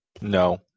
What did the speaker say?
no